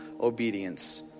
obedience